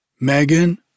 Megan